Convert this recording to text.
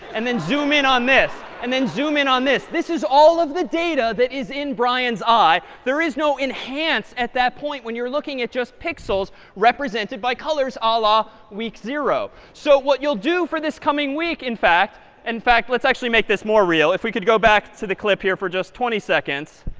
and then zoom in on this, and then zoom in on this. this is all of the data that is in brian's eye. there is no enhance at that point, when you're looking at just pixels represented by colors, a la week zero. so what you'll do for this coming week in fact in fact, let's actually make this more real. if we could go back to the clip here for just twenty seconds,